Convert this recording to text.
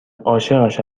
عاشقش